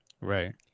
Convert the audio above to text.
Right